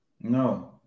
No